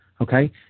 okay